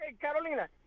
Carolina